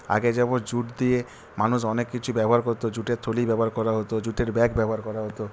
আগে যেমন জুট দিয়ে মানুষ অনেক কিছু ব্যবহার করত জুটের থলি ব্যবহার করা হত জুটের ব্যাগ ব্যবহার করা হত